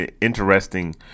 interesting